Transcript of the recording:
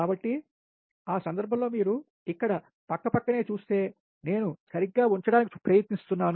కాబట్టి ఆ సందర్భంలో మీరు ఇక్కడ పక్కపక్కనే చూస్తే నేను సరిగ్గా ఉంచడానికి ప్రయత్నిస్తున్నాను